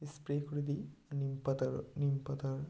spray করে দিই নিম পাতার নিম পাতার